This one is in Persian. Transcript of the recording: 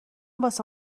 واسه